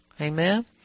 Amen